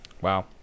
Wow